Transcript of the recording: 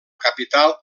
capital